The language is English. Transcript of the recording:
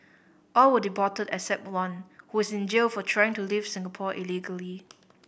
all were deported except one who is in jail for trying to leave Singapore illegally